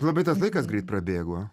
labai tas laikas greit prabėgo